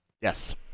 Yes